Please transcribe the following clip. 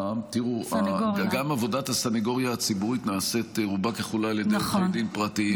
גם עבודת הסנגוריה הציבורית נעשית רובה ככולה על ידי עורכי דין פרטיים.